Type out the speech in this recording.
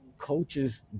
coaches